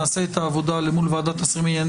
נעשה את העבודה אל מול ועדת השרים לענייני